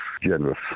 generous